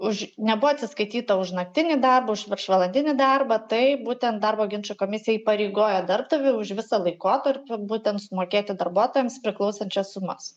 už nebuvo atsiskaityta už naktinį darbą už viršvalandinį darbą tai būtent darbo ginčų komisija įpareigoja darbdavį už visą laikotarpį būtent sumokėti darbuotojams priklausančias sumas